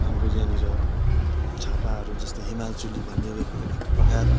हाम्रो यहाँनिर छापाहरू जस्तै हिमालचुली भन्ने एक एक प्रख्यात